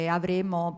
avremo